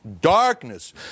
darkness